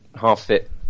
half-fit